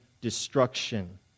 destruction